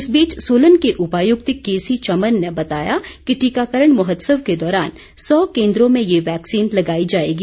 इस बीच सोलन के उपायुक्त के सी चमन ने बताया कि टीकाकरण महोत्सव के दौरान सौ केन्द्रों में ये वैक्सीन लगाई जाएगी